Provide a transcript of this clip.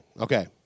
Okay